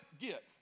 get